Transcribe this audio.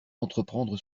entreprendre